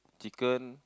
chicken